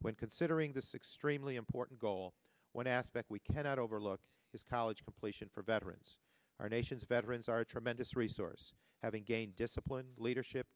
when considering this extremely important goal one aspect we cannot overlook is college completion for veterans our nation's veterans are a tremendous resource having gained discipline leadership